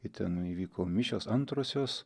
ir ten įvyko mišios antrosios